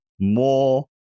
more